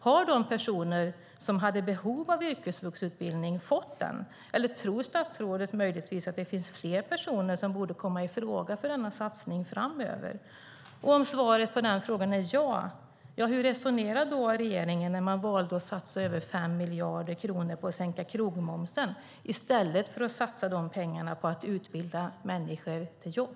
Har de personer som hade behov av yrkesvuxutbildning fått den, eller tror statsrådet möjligtvis att det finns fler personer som borde komma i fråga för denna satsning framöver? Om svaret på den frågan är ja, hur resonerade då regeringen när man valde att satsa över 5 miljarder kronor på att sänka krogmomsen i stället för att satsa de pengarna på att utbilda människor till jobb?